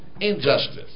injustice